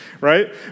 right